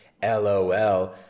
LOL